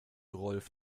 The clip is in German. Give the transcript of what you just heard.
rolf